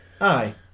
Aye